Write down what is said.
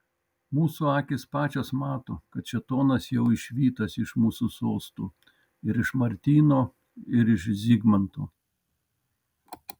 mūsų akys pačios mato kad šėtonas jau išvytas iš mūsų sostų ir iš martyno ir iš zigmanto